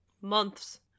months